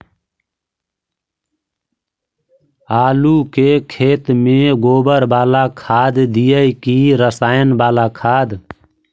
आलू के खेत में गोबर बाला खाद दियै की रसायन बाला खाद?